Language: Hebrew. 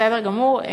בסדר גמור.